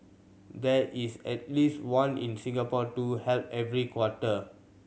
there is at least one in Singapore too held every quarter